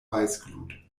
weißglut